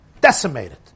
decimated